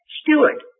steward